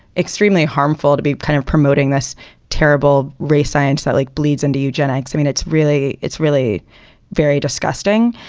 extremely harmful to be kind of promoting this terrible race science that like bleeds into eugenics i mean, it's really it's really very disgusting.